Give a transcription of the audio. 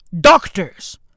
Doctors